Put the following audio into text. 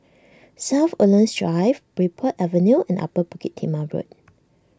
South Woodlands Drive Bridport Avenue and Upper Bukit Timah Road